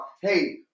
hey